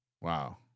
Wow